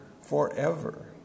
forever